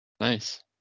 nice